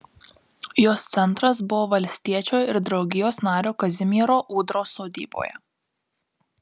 jos centras buvo valstiečio ir draugijos nario kazimiero ūdros sodyboje